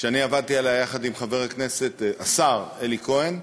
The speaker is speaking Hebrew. שאני עבדתי עליה יחד עם חבר הכנסת, השר אלי כהן,